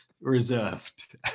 reserved